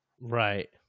Right